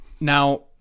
Now